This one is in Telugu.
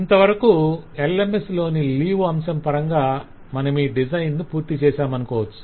ఇంతవరకు LMS లోని లీవ్ అంశం పరంగా మనమీ డిజైన్ ను పూర్తి చేశామనుకోవచ్చు